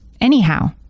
anyhow